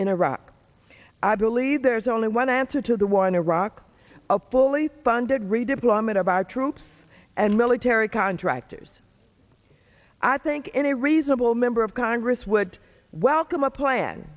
in iraq i believe there is only one answer to the war in iraq a fully funded redeployment of our troops and military contractors i think any reasonable member of congress would welcome a